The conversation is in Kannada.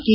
ಟಿ